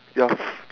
yes